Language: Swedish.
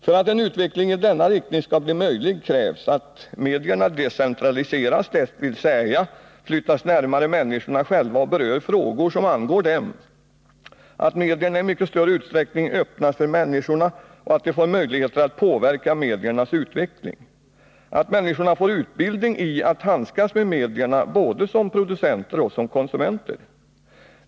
För att en utveckling i denna riktning skall bli möjlig krävs att medierna decentraliseras, dvs. flyttas närmare människorna själva, och berör frågor som angår dem, att medierna i mycket större utsträckning öppnas för människorna och att de får möjligheter att påverka mediernas utveckling, att människor får utbildning i att handskas med medierna både som producenter och som konsumenter.